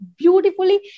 beautifully